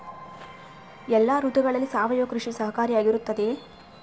ಎಲ್ಲ ಋತುಗಳಲ್ಲಿ ಸಾವಯವ ಕೃಷಿ ಸಹಕಾರಿಯಾಗಿರುತ್ತದೆಯೇ?